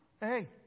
Hey